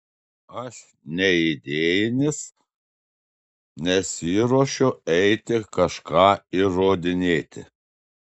aš neidėjinis nesiruošiu eiti kažką įrodinėti